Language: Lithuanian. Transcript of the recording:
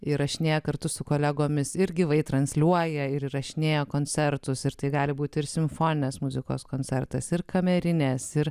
įrašinėja kartu su kolegomis ir gyvai transliuoja ir įrašinėja koncertus ir tai gali būti ir simfoninės muzikos koncertas ir kamerinės ir